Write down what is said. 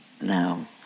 now